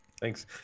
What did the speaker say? Thanks